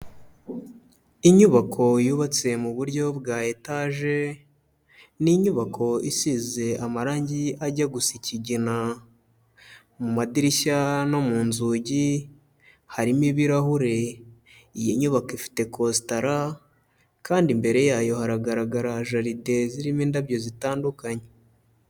Inyubako yubatse mu buryo bwa etaje, ni inyubako isize amarangi ajya gusa ikigina. Mu madirishya no mu nzugi harimo ibirahure. Iyi nyubako ifite kositara kandi imbere yayo haragaragara jaride zirimo indabyo zitandukanye.